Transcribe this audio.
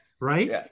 right